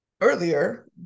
earlier